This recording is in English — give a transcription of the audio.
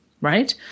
right